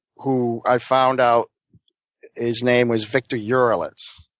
who i found out his name was victor yurelitz.